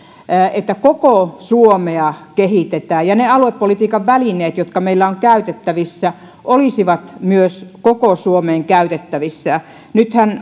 että koko suomea kehitetään ja ne aluepolitiikan välineet jotka meillä on käytettävissä olisivat myös koko suomen käytettävissä nythän